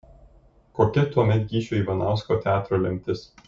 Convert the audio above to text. kokia tuomet gyčio ivanausko teatro lemtis